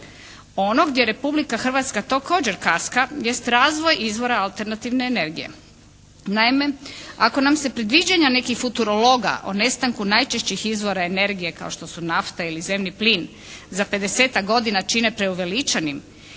Ono gdje Republika Hrvatska također kaska jest razvoj izvora alternativne energije. Naime ako nam se predviđanja nekih futorologa o nestanku najčešćih izvora energije kao što su nafta ili zemni plin za 50-tak godina čine preuveličanim,